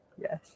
Yes